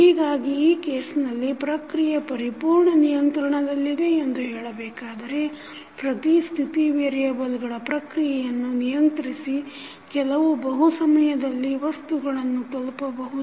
ಹೀಗಾಗಿ ಈ ಕೇಸ್ನಲ್ಲಿ ಪ್ರಕ್ರಿಯೆ ಪರಿಪೂರ್ಣ ನಿಯಂತ್ರಣದಲ್ಲಿದೆ ಎಂದು ಹೇಳಬೇಕಾದರೆ ಪ್ರತಿ ಸ್ಥಿತಿ ವೇರಿಯೇಬಲ್ಗಳ ಪ್ರಕ್ರಿಯೆಯನ್ನು ನಿಯಂತ್ರಿಸಿ ಕೆಲವು ಬಹು ಸಮಯದಲ್ಲಿ ವಸ್ತುಗಳನ್ನು ತಲುಪಬಹುದು